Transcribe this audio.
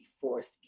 forced